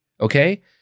okay